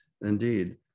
indeed